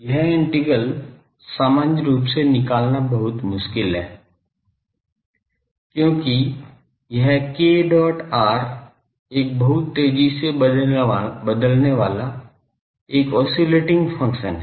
यह इंटीग्रल सामान्य रूप से निकालना बहुत मुश्किल है क्योंकि यह k dot r एक बहुत तेजी से बदलने वाला एक ओस्सिलटिंग फंक्शन है